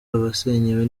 abasenyewe